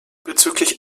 bezüglich